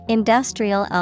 Industrial